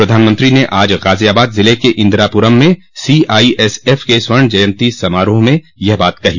प्रधानमंत्री ने आज गाजियाबाद जिले के इंदिरापुरम में सीआईएसएफ के स्वर्ण जयंती समारोह में यह बात कही